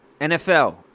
NFL